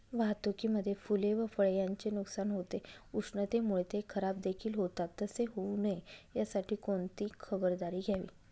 वाहतुकीमध्ये फूले व फळे यांचे नुकसान होते, उष्णतेमुळे ते खराबदेखील होतात तसे होऊ नये यासाठी कोणती खबरदारी घ्यावी?